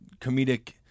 comedic